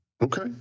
Okay